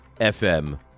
FM